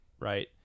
right